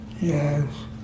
Yes